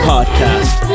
Podcast